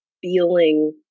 feeling